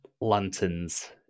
lanterns